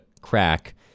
crack